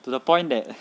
to the point that